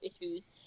issues